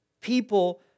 people